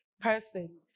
person